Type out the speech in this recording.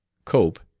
cope,